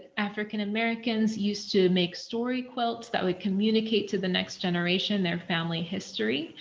african americans used to make story quotes that we communicate to the next generation. their family history.